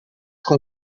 com